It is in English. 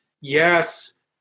Yes